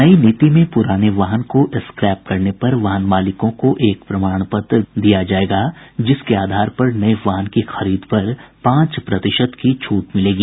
नई नीति में पूराने वाहन को स्क्रैप करने पर वाहन मालिकों को एक प्रमाण पत्र दिया जायेगा जिसके आधार पर नये वाहन की खरीद पर पांच प्रतिशत की छूट मिलेगी